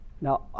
Now